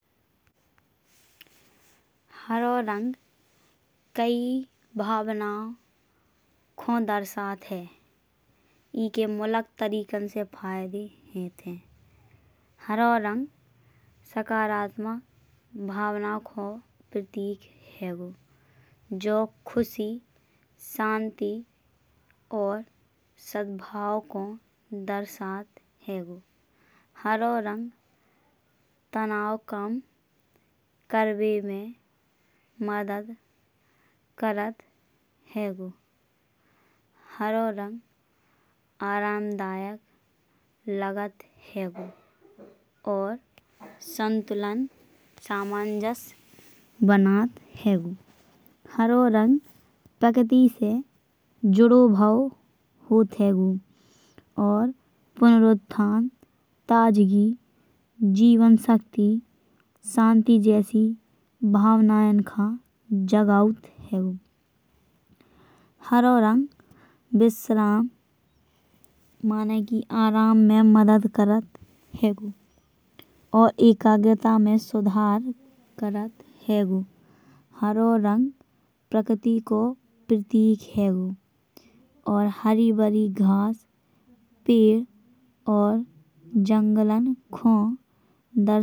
हरी रंग कई भावना को दर्शत है। इके मुलक तरीकन से फायदे होत हैं। हरी रंग सकारात्मक भावना को प्रतीक हैंगो। जो खुशी शांति और सद्भाव को दर्शत हैंगो। हरी रंग तनाव कम करबे में मदद करत हैंगो। हरी रंग आराम दायक लागत हैंगो। और संतुलन समाजस बनंत हैंगो। हरी रंग प्रकृति से जुड़ो भाव होत हैंगो। और पूर्वोथान, ताज़गी, जीवनशक्ति, शांति जैसी भावनन का जगत हैंगो। हरी रंग विश्राम मनेकी आराम में मदद करत हैंगो। और एकाग्रता में सुधार करत हैंगो। हरी रंग प्रकृति को प्रतीक हैंगो। और हरी भरी घास पेड़ और जंगलन को दर्शत।